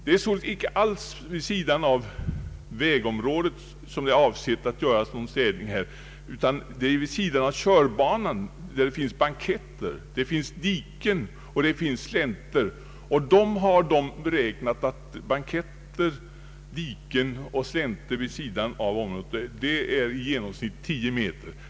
Det är alltså inte fråga om tio meter på ömse sidor om vägområdet som är avgörande för städningsskyldigheten, utan det är på tio meter på ömse sidor om körbanan som städning skall ske, och där finns det banketter, slänter och diken. Man har således beräknat att banketter, slänter och diken vid sidan av området omfattar i genomsnitt tio meter.